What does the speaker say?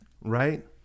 Right